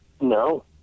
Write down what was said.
No